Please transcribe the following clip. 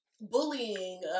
bullying